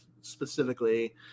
specifically